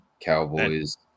Cowboys